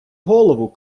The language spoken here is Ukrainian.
голову